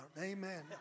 Amen